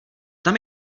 tam